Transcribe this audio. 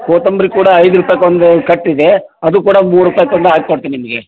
ಕೊತ್ತಂಬ್ರಿ ಕೂಡ ಐದು ರೂಪಾಯ್ಕೊಂದು ಕಟ್ಟಿದೆ ಅದು ಕೂಡ ಮೂರು ರೂಪಾಯ್ಕೊಂದು ಹಾಕ್ಕೊಡ್ತೀನ್ ನಿಮಗೆ